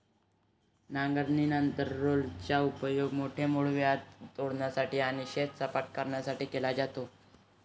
नांगरणीनंतर रोलरचा उपयोग मोठे मूळव्याध तोडण्यासाठी आणि शेत सपाट करण्यासाठी केला जातो